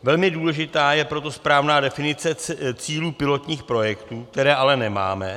Velmi důležitá je proto správná definice cílů pilotních projektů, které ale nemáme.